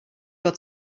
got